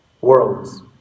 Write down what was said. worlds